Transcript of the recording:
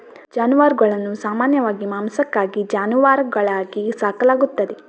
ಜಾನುವಾರುಗಳನ್ನು ಸಾಮಾನ್ಯವಾಗಿ ಮಾಂಸಕ್ಕಾಗಿ ಜಾನುವಾರುಗಳಾಗಿ ಸಾಕಲಾಗುತ್ತದೆ